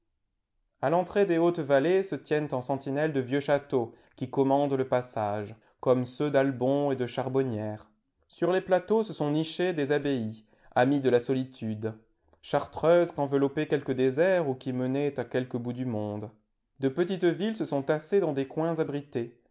a l'entrée des hautes vallées se tiennent en sentinelle de vieux châteaux qui commandent le passage comme ceux d'albon et de char bonnières sur les plateaux se sont nichées des abbayes amies de la solitude chartreuses qu'enveloppait quelque désert ou qui menaient à quelque bout du monde de petites villes se sont tassées dans des coins abrités